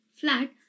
flat